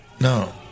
no